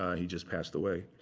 he just passed away.